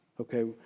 Okay